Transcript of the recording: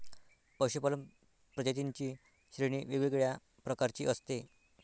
पशूपालन प्रजातींची श्रेणी वेगवेगळ्या प्रकारची असते